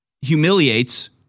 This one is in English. Humiliates